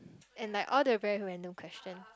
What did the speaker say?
and like all the very random question